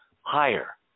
higher